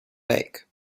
lake